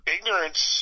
Ignorance